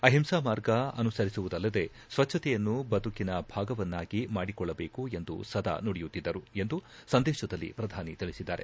ಅಹಿಂಸಾ ಮಾರ್ಗ ಅನುಸರಿಸುವುದಲ್ಲದೆ ಸ್ವಚ್ಛತೆಯನ್ನು ಬದುಕಿನ ಭಾಗವನ್ನಾಗಿ ಮಾಡಿಕೊಳ್ಳಬೇಕು ಎಂದು ಸದಾ ನುಡಿಯುತ್ತಿದ್ದರು ಎಂದು ಸಂದೇಶದಲ್ಲಿ ಪ್ರಧಾನಿ ತಿಳಿಸಿದ್ದಾರೆ